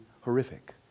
horrific